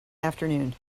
afternoon